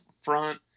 front